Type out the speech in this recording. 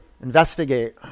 Investigate